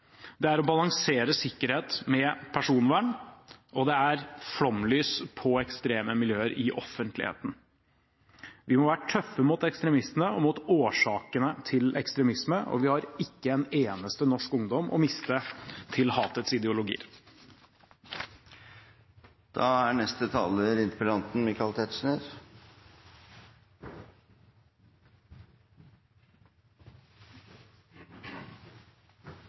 Det er å balansere sikkerhet med personvern, og det er flomlys på ekstreme miljøer i offentligheten. Vi må være tøffe mot ekstremistene og mot årsakene til ekstremisme, og vi har ikke en eneste norsk ungdom å miste til hatets ideologier.